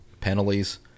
penalties